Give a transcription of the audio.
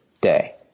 day